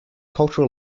cultural